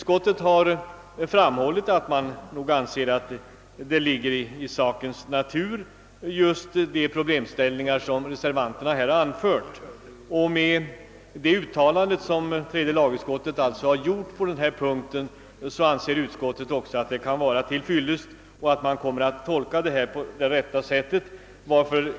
Utskottet har framhållit att man nog anser att den tolkning som reservanterna åsyftar ligger i sakens natur. Det uttalande som tredje lagutskottet har gjort på denna punkt anser utskottet kunna vara till fyllest för att man kommer att tolka detta på rätt sätt.